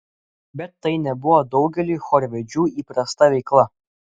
bet tai nebuvo daugeliui chorvedžių įprasta veikla